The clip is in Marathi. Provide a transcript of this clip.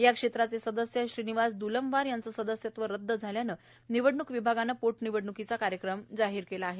या क्षेत्राचे सदस्य श्रीनिवास दुलमवार यांचे सदस्यत्व रद्द झाल्याने निवडणूक विभागाने पोटनिवडण्कीचा कार्यक्रम जाहीर केला आहे